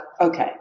okay